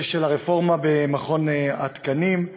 הרפורמה במכון התקנים,